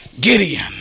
Gideon